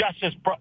justice